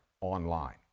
online